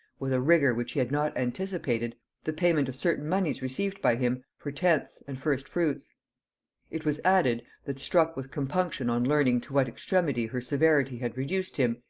with a rigor which he had not anticipated, the payment of certain moneys received by him for tenths and first fruits it was added, that struck with compunction on learning to what extremity her severity had reduced him,